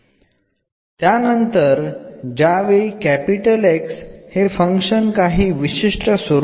പിന്നീട് നമ്മൾ ന്റെ ചില പ്രത്യേക ഫോമുകളിലേക്ക് പോകും